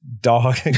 Dog